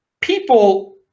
people